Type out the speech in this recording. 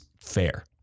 fair